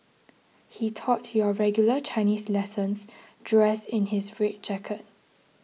he taught your regular Chinese lessons dressed in his red jacket